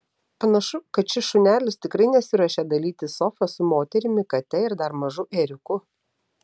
panašu kad šis šunelis tikrai nesiruošia dalytis sofa su moterimi kate ir dar mažu ėriuku